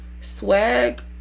swag